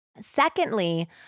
Secondly